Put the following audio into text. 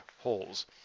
holes